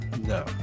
No